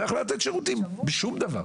לא יכלה לתת שירותים בשום דבר.